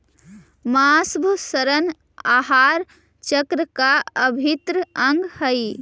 माँसभक्षण आहार चक्र का अभिन्न अंग हई